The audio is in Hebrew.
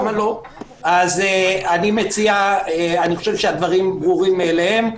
אני חושב שהדברים ברורים מאליהם.